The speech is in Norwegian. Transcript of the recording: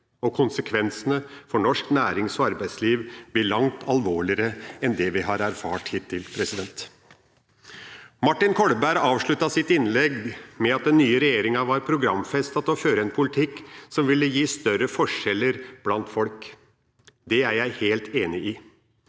og konsekvensene for norsk nærings- og arbeidsliv blir langt mer alvorlig enn det vi har erfart hittil. Martin Kolberg avsluttet sitt innlegg med å si at den nye regjeringa hadde programfestet å føre en politikk som ville gi større forskjeller blant folk. Det er jeg helt enig i.